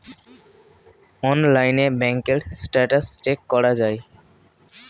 অনলাইনে ব্যাঙ্কের status check করা যায়